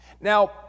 Now